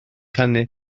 canu